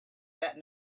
that